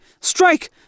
Strike